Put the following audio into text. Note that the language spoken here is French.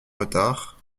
retard